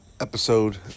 episode